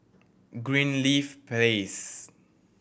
Greenleaf Place